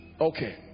Okay